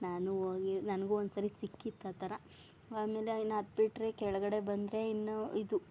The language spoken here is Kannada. ನಾನು ಹೋಗಿ ನನಗು ಒಂದ್ಸರಿ ಸಿಕ್ಕಿತ್ತು ಆ ಥರ ಆಮೇಲೆ ಇನ್ನು ಅದುಬಿಟ್ರೆ ಕೆಳಗಡೆ ಬಂದರೆ ಇನ್ನೂ ಇದು